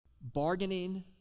bargaining